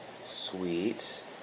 sweet